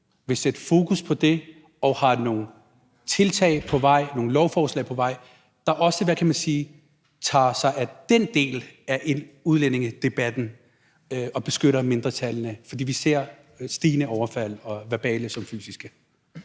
vil sætte fokus på det og har nogle tiltag på vej, nogle lovforslag på vej, der også, hvad kan man sige, tager sig af den del af en udlændingedebat og beskytter mindretallene, for vi ser et stigende antal overfald, verbale såvel som fysiske.